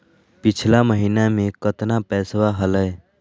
पिछला महीना मे कतना पैसवा हलय?